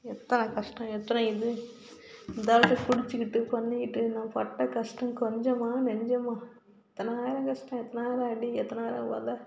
எத்தனை கஷ்டம் எத்தனை இது இதாலே குடிச்சுக்கிட்டு பண்ணிக்கிட்டு நான் பட்ட கஷ்டம் கொஞ்சமா நஞ்சமா எத்தனாயிரம் கஷ்டம் எத்தனாயிரம் அடி எத்தனாயிரம் ஒதை